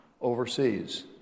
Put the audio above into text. overseas